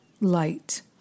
light